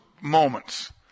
moments